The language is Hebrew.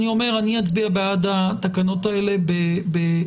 אני אומר אני אצביע בעד אישור התקנות האלה בהיסוס.